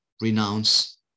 renounce